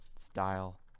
style